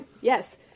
Yes